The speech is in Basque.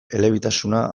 elebitasuna